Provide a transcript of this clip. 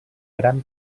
gran